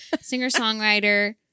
singer-songwriter